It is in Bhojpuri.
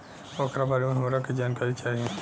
ओकरा बारे मे हमरा के जानकारी चाही?